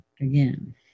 again